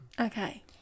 Okay